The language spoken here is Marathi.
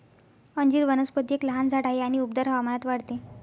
अंजीर वनस्पती एक लहान झाड आहे आणि उबदार हवामानात वाढते